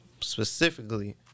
Specifically